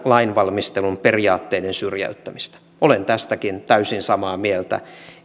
lainvalmistelun periaatteiden syrjäyttämistä olen tästäkin täysin samaa mieltä